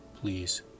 Please